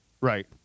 Right